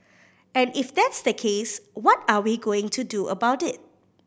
and if that's the case what are we going to do about it